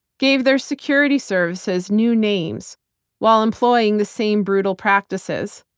gave their security services new names while employing the same brutal practices,